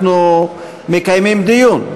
אנחנו מקיימים דיון.